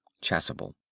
Chasuble